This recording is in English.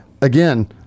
again